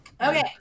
Okay